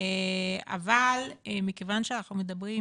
אבל מכיוון שאנחנו מדברים